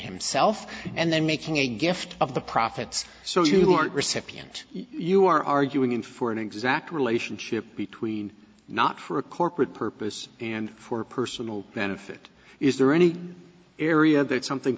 himself and then making a gift of the profits so you aren't recipient you are arguing for an exact relationship between not for a corporate purpose and for personal benefit is there any area that something